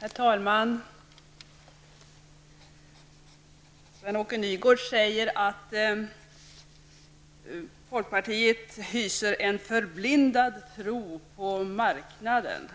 Herr talman! Sven-Åke Nygårds säger att folkpartiet hyser en förblindad tro på marknaden.